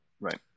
Right